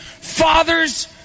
fathers